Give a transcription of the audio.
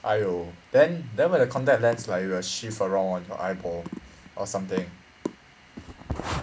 !aiyo! then then when the contact lens like will shift around on your eyeball or something